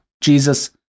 Jesus